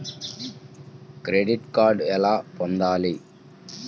Credit card ఎలా పొందాలి?